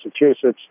Massachusetts